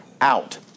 out